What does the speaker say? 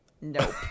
Nope